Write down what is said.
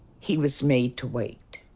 he was made to wait.